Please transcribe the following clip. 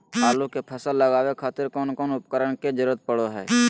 आलू के फसल लगावे खातिर कौन कौन उपकरण के जरूरत पढ़ो हाय?